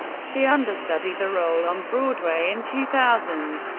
she understudied the role on broadway in two thousand.